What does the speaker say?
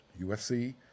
USC